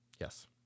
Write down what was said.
Yes